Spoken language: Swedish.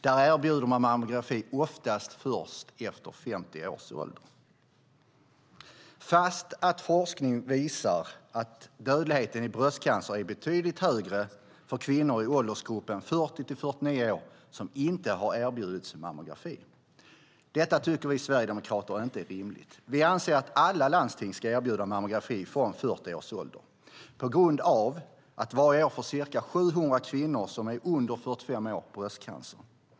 De erbjuder mammografi oftast först från 50 års ålder fast forskning visar att dödligheten i bröstcancer är betydligt högre för kvinnor i åldersgruppen 40-49 år som inte har erbjudits mammografi. Detta tycker vi sverigedemokrater inte är rimligt. Vi anser att alla landsting ska erbjuda mammografi från 40 års ålder eftersom ca 700 kvinnor som är under 45 år varje år får bröstcancer.